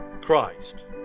Christ